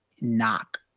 knock